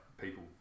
people